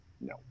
No